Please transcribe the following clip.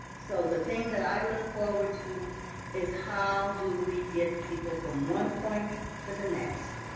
so the thing that i look forward to is how do we get people from one point to the next.